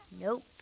Nope